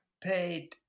paid